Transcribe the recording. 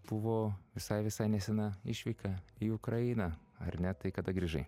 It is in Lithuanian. buvo visai visai nesena išvyka į ukrainą ar ne tai kada grįžai